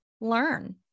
learn